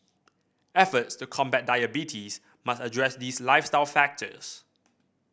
efforts to combat diabetes must address these lifestyle factors